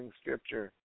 scripture